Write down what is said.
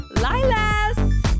Lilas